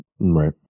Right